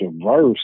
diverse